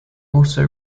also